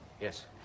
yes